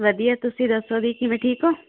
ਵਧੀਆ ਤੁਸੀਂ ਦੱਸੋ ਦੀ ਕਿਵੇਂ ਠੀਕ ਹੋ